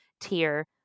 tier